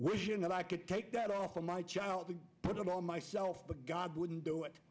wishing that i could take that on for my child to put it on myself but god wouldn't do it